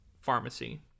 pharmacy